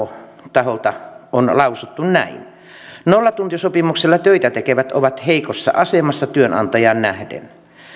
taholta on lausuttu näin nollatuntisopimuksella töitä tekevät ovat heikossa asemassa työnantajaan nähden